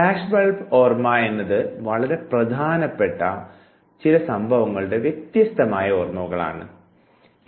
flash bulb ഓർമ്മ എന്നത് പ്രധാനപ്പെട്ട ചില സംഭവങ്ങളുടെ വ്യത്യസ്തമായ ഓർമ്മകളാണല്ലോ